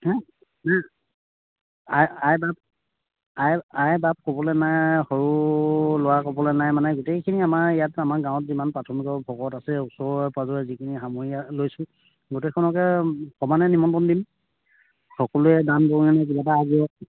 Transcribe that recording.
হা আই আই বাপ আই আই বাপ ক'বলৈ নাই সৰু ল'ৰা ক'বলৈ নাই মানে গোটেইখিনি আমাৰ ইয়াত আমাৰ গাঁৱত যিমান প্ৰাথমিকৰ ভকত আছে ওচৰে পাঁজৰে যিখিনি সামৰি লৈছোঁ গোটেইখনকে সমানে নিমন্ত্ৰণ দিম সকলোৱে দান বৰঙণি কিবা এটা আগবঢ়াওক